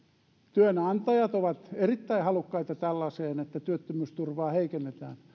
työnantajat ovat erittäin halukkaita tällaiseen että työttömyysturvaa heikennetään